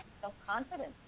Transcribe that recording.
self-confidence